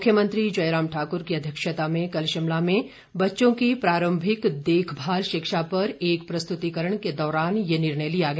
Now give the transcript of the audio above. मुख्यमंत्री जयराम ठाक्र की अध्यक्षता में कल शिमला में बच्चों की प्रारंभिक देखभाल शिक्षा पर एक प्रस्तुतीकरण के दौरान यह निर्णय लिया गया